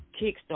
kickstart